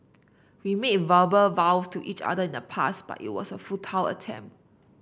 we made verbal vow to each other in the past but it was a futile attempt